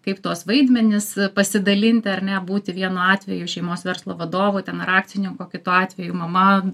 kaip tuos vaidmenis pasidalinti ar ne būti vienu atveju šeimos verslo vadovu ten ar akcininku o kitu atveju mama